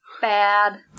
bad